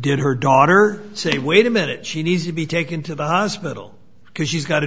did her daughter say wait a minute she needs to be taken to the hospital because she's got a